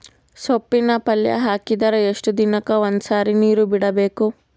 ಸೊಪ್ಪಿನ ಪಲ್ಯ ಹಾಕಿದರ ಎಷ್ಟು ದಿನಕ್ಕ ಒಂದ್ಸರಿ ನೀರು ಬಿಡಬೇಕು?